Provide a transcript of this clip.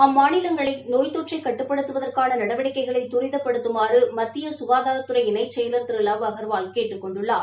அம்மாநிலங்களை நோய் தொற்றை கட்டுப்படுத்துவதற்கான நடவடிக்கைகளை துரிதப்படுத்துமாறு மத்திய ககாதாரத்துறை இணைச் செயலாளர் திரு லவ் அக்வால் கேட்டுக் கொண்டுள்ளார்